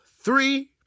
three